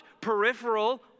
peripheral